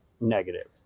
negative